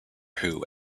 who